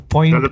Point